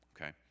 Okay